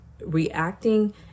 reacting